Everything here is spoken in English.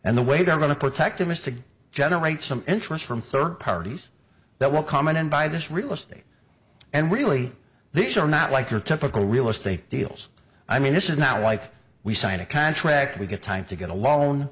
and the way they're going to protect him is to generate some interest from third parties that will come in and buy this real estate and really these are not like your typical real estate deals i mean this is not like we sign a contract we get time to get a loan